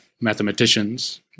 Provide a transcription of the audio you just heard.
mathematicians